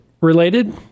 related